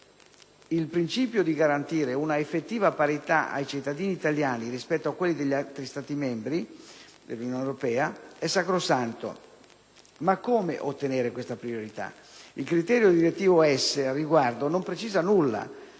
Il principio di garantire una effettiva parità ai cittadini italiani rispetto a quelli degli altri Stati membri dell'Unione europea è sacrosanto. Ma come ottenere questa parità? Il criterio direttivo *s)* al riguardo non precisa nulla.